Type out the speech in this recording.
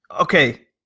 Okay